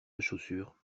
chaussures